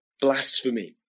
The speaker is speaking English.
blasphemy